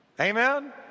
Amen